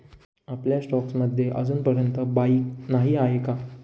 आपल्या स्टॉक्स मध्ये अजूनपर्यंत बाईक नाही आहे का?